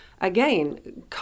again